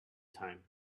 time